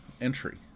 entry